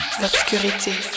L'obscurité